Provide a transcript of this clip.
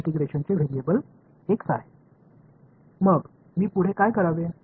இந்த வெளிப்பாட்டை நான் எளிமைப்படுத்தலாமா